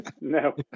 No